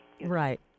Right